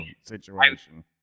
situation